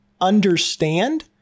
understand